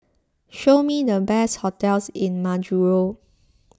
show me the best hotels in Majuro